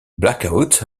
blackout